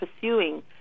pursuing